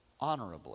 honorably